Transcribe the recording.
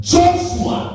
Joshua